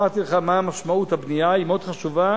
אמרתי לך מה משמעות הבנייה, היא מאוד חשובה